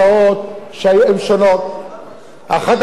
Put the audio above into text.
אחת הבעיות המרכזיות,